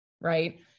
right